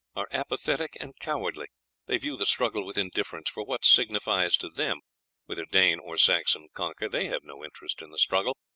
are apathetic and cowardly they view the struggle with indifference, for what signifies to them whether dane or saxon conquer they have no interest in the struggle,